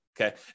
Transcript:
okay